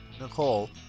Nicole